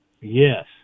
Yes